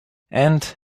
and